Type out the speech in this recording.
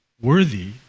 worthy